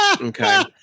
Okay